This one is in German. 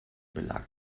belag